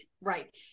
right